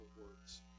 words